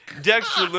Dexter